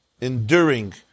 enduring